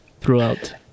throughout